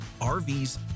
RVs